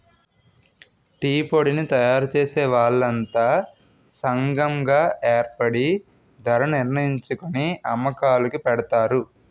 టీపొడిని తయారుచేసే వాళ్లంతా సంగం గాయేర్పడి ధరణిర్ణించుకొని అమ్మకాలుకి పెడతారు